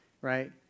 right